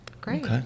great